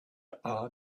are